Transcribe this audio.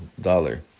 dollar